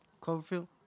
Cloverfield